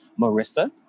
Marissa